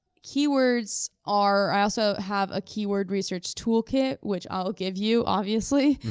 keywords are, i also have a keyword research toolkit, which i'll give you obviously.